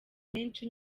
menshi